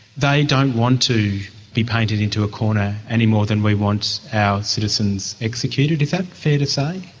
they don't want to be painted into a corner any more than we want our citizens executed. is that fair to say?